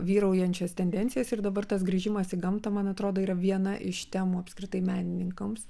vyraujančias tendencijas ir dabar tas grįžimas į gamtą man atrodo yra viena iš temų apskritai menininkams